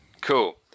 Cool